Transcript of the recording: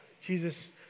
Jesus